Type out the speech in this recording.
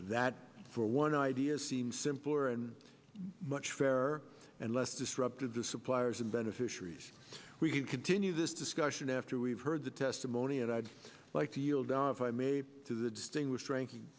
that for one idea seems simpler and much fairer and less disruptive to suppliers and beneficiaries we can continue this discussion after we've heard the testimony and i'd like to yield on if i may to the distinguished ranking